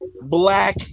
black